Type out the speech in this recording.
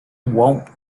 won’t